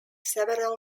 several